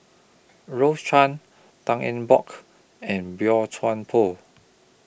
Rose Chan Tan Eng Bock and Boey Chuan Poh